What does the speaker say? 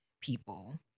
people